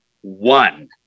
one